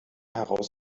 heraus